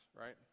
right